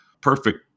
Perfect